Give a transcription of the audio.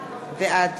בעד